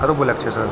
आरो बोलै कऽ छै सर